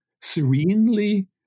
Serenely